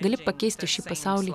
gali pakeisti šį pasaulį